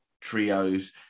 trios